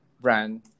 brand